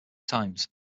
times